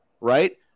right